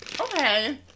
Okay